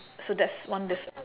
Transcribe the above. so that's one diff~